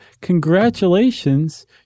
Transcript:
Congratulations